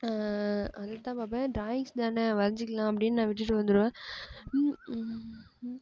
அதை தான் பாப்பேன் டிராயிங்ஸ் தானே வரைஞ்சிக்கலாம் அப்படினு நான் விட்டுட்டு வந்துருவேன்